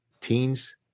teens